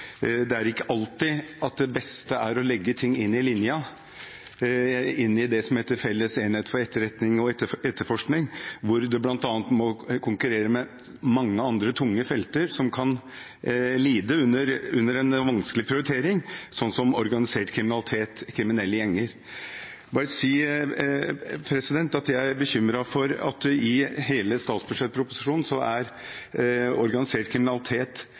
Det er ikke alltid at det beste er å legge ting inn i linja, inn i det som heter Felles enhet for etterforskning og etterretning, hvor det bl.a. må konkurrere med mange andre tunge felter som kan lide under en vanskelig prioritering, sånn som organisert kriminalitet og kriminelle gjenger. Jeg vil bare si at jeg er bekymret fordi i hele statsbudsjettproposisjonen er organisert kriminalitet